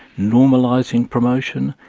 normalising promotion,